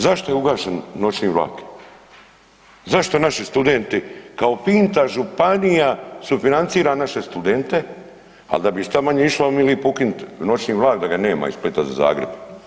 Zašto je ugašen noćni vlak, zašto naši studenti, kao finta županija sufinancira naše studente, ali da bi ih što manje išlo ajmo mi lipo ukinut noćni vlak da ga nema iz Splita za Zagreb.